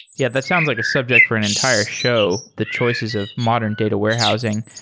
yeah. that sounds like a subject for an entire show, the choices of modern data warehousing.